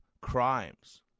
crimes